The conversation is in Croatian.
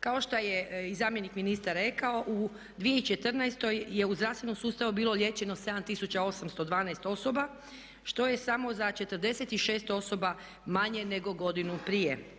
Kao što je i zamjenik ministra rekao u 2014. je u zdravstvenom sustavu bilo liječeno 7812 osoba što je samo za 46 osoba manje nego godinu prije.